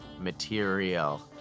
material